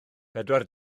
pedwar